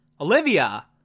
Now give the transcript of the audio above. Olivia